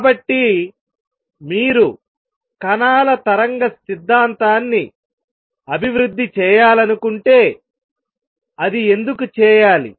కాబట్టి మీరు కణాల తరంగ సిద్ధాంతాన్ని అభివృద్ధి చేయాలనుకుంటే అది ఎందుకు చేయాలి